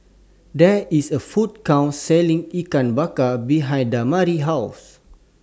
There IS A Food Court Selling Ikan Bakar behind Damari's House